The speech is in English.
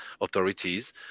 authorities